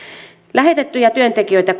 lähetettyjä työntekijöitä